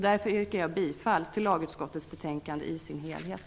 Därför yrkar jag bifall till lagutskottets hemställan i sin helhet.